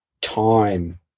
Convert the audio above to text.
time